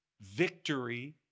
victory